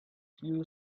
few